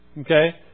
Okay